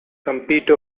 compete